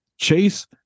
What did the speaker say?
Chase